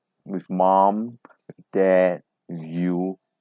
with mom dad you